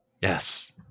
Yes